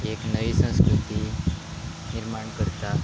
एक नयी संस्कृती निर्माण करता